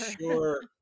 Sure